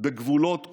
בגבולות כלשהם.